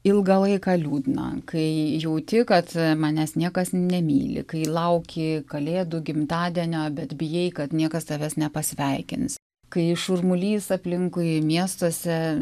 ilgą laiką liūdna kai jauti kad manęs niekas nemyli kai lauki kalėdų gimtadienio bet bijai kad niekas tavęs nepasveikins kai šurmulys aplinkui miestuose